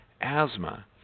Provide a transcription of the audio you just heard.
asthma